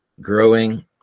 growing